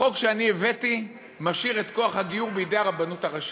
החוק שאני הבאתי משאיר את כוח הגיור בידי הרבנות הראשית.